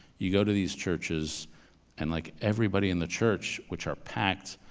you go to these churches and like everybody in the church, which are packed,